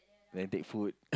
when take food